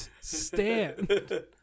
stand